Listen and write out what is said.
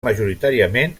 majoritàriament